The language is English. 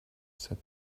said